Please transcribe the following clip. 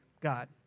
God